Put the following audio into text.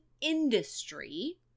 industry